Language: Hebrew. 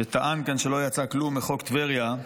שטען כאן שלא יצא כלום מחוק טבריה.